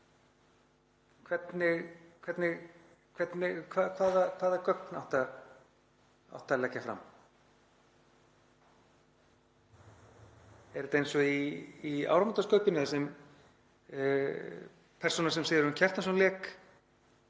Hvaða gögn áttu að leggja fram? Er þetta eins og í Áramótaskaupinu þar sem persónan sem Sigurjón Kjartansson lék